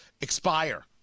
expire